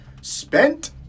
Spent